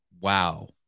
Wow